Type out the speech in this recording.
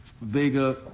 Vega